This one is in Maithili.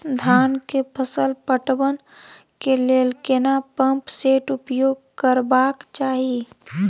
धान के फसल पटवन के लेल केना पंप सेट उपयोग करबाक चाही?